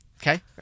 Okay